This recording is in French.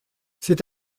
c’est